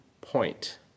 point